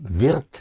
wird